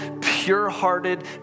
pure-hearted